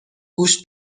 گوش